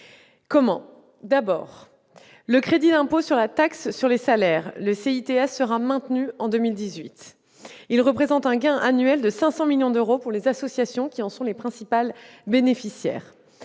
Tout d'abord, le crédit d'impôt sur la taxe sur les salaires, ou CITS, sera maintenu en 2018. Il représente un gain annuel de 500 millions d'euros pour les associations, qui en sont les principales bénéficiaires.